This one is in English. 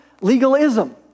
legalism